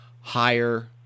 higher